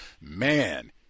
man